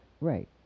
Right